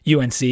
UNC